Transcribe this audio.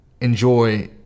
enjoy